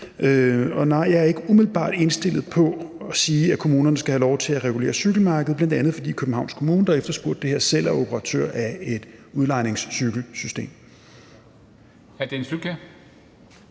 Og nej, jeg er ikke umiddelbart indstillet på at sige, at kommunerne skal have lov til at regulere cykelmarkedet, bl.a. fordi Københavns Kommune, der har efterspurgt det, selv er operatør af et udlejningscykelsystem.